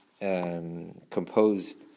composed